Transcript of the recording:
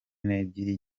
n’ebyiri